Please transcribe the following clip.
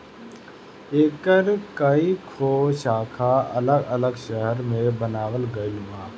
एकर कई गो शाखा अलग अलग शहर में बनावल गईल बा